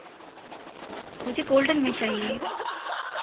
मुझे गोल्डन में चाहिए